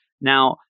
Now